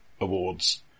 Awards